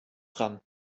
dran